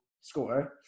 score